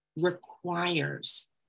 requires